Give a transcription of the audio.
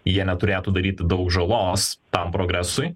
jie neturėtų daryti daug žalos tam progresui